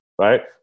right